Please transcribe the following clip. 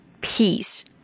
peace